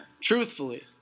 Truthfully